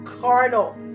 carnal